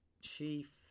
chief